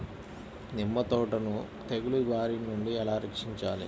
నిమ్మ తోటను తెగులు బారి నుండి ఎలా రక్షించాలి?